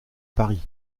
paris